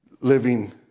living